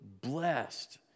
blessed